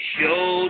Show